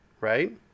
Right